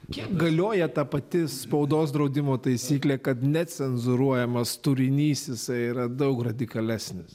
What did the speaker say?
kiek galioja ta pati spaudos draudimo taisyklė kad necenzūruojamas turinys jisai yra daug radikalesnis